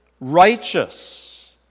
righteous